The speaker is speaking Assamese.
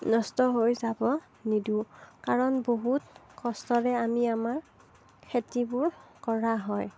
নষ্ট হৈ যাব নিদিওঁ কাৰণ বহুত কষ্টৰে আমি আমাৰ খেতিবোৰ কৰা হয়